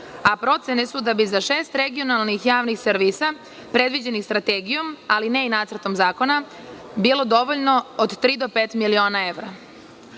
a procene su da bi za šest regionalnih javnih servisa, predviđenih Strategijom ali ne i Nacrtom zakona, bilo dovoljno od tri do pet miliona evra. Ako